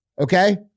okay